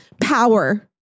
power